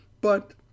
But